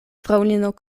fraŭlino